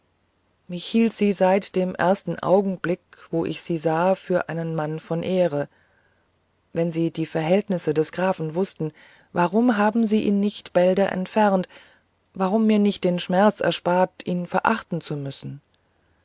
ich hielt sie seit dem ersten augenblick wo ich sie sah für einen mann von ehre wenn sie die verhältnisse des grafen wußten warum haben sie ihn nicht bälder entfernt warum mir nicht den schmerz erspart ihn verachten zu müssen